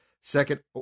second